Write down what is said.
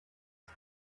iki